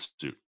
suit